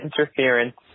interference